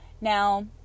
Now